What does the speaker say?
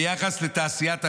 ביחס לתעשיית המלט,